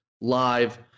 live